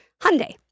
Hyundai